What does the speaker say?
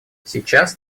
сейчас